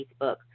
Facebook